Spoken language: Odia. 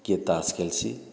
କିଏ ତାସ୍ ଖେଲ୍ସି